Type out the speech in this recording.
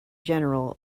general